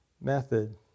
method